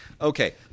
Okay